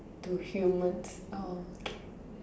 to humans orh okay